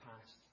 past